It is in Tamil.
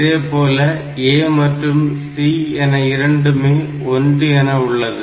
இதைப்போல A மற்றும் C என இரண்டுமே 1 என உள்ளது